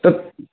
तत्